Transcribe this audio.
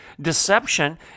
deception